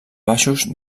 baixos